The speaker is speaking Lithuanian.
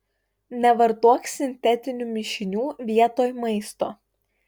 nevartok sintetinių mišinių vietoj maisto